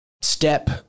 step